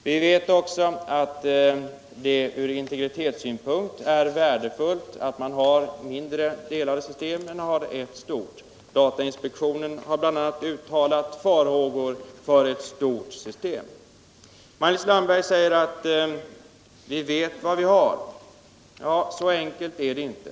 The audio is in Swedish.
Vi vet också att det från integritetssynpunkt är värdefullt med mindre system i stället för större. Bl. a. datainspektionen har uttalat farhågor för ett stort system. Maj-Lis Landberg säger att vi vet vad vi har, men så enkelt är det inte.